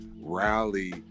rally